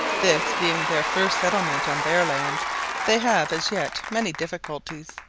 this being their first settlement on their land they have as yet many difficulties,